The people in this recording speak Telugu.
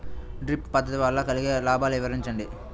డ్రిప్ పద్దతి వల్ల కలిగే లాభాలు వివరించండి?